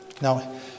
Now